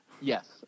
Yes